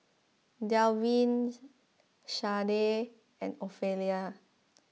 Dalvin Shardae and Ofelia